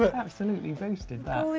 but absolutely wasted that.